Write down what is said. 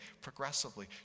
progressively